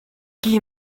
qui